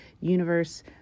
universe